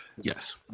yes